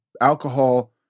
Alcohol